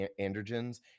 androgens